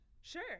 Sure